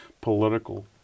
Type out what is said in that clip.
political